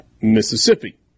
Mississippi